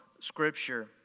Scripture